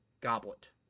goblet